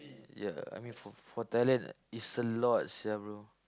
ya I mean for for Thailand is a lot sia bro